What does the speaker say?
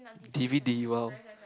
D_v_D !wow!